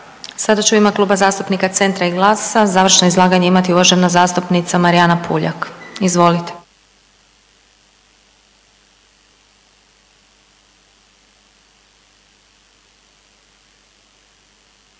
Sada će u ime Kluba zastupnika Centra i GLAS-a završno izlaganje imati uvažena zastupnica Marijana Puljak, izvolite.